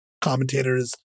commentators